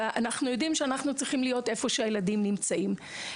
אנחנו יודעים שאנחנו צריכים להיות איפה שהילדים נמצאים.